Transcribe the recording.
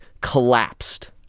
collapsed